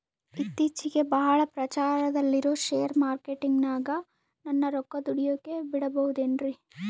ಇತ್ತೇಚಿಗೆ ಬಹಳ ಪ್ರಚಾರದಲ್ಲಿರೋ ಶೇರ್ ಮಾರ್ಕೇಟಿನಾಗ ನನ್ನ ರೊಕ್ಕ ದುಡಿಯೋಕೆ ಬಿಡುಬಹುದೇನ್ರಿ?